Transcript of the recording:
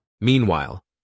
Meanwhile